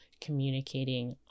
communicating